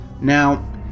Now